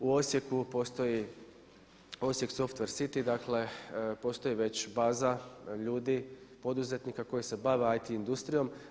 U Osijeku postoji Osijek Softver City dakle postoji već baza ljudi poduzetnika koji se bave IT industrijom.